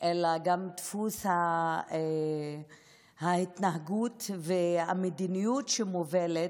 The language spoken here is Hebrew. אלא גם דפוס ההתנהגות והמדיניות שמובילים.